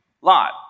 Lot